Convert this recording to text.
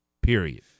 period